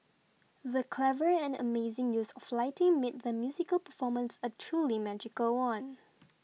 the clever and amazing use of lighting made the musical performance a truly magical one